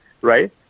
right